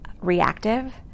reactive